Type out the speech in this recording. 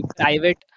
private